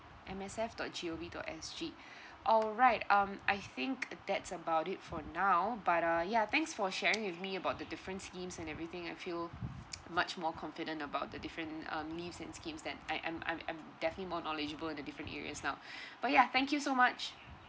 M S F dot G O V dot S G alright um I think that's about it for now but uh yeah thanks for sharing with me about the different schemes and everything I feel much more confident about the different um leaves and schemes then I I'm I'm I'm definitely more knowledgeable in the different areas now but yeah thank you so much